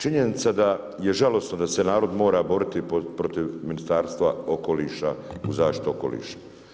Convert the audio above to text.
Činjenica da je žalosno da se narod mora boriti protiv Ministarstva okoliša u zaštiti okoliša.